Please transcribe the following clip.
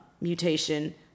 mutation